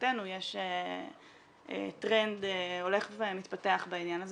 שלשמחתנו יש טרנד הולך ומתפתח בעניין הזה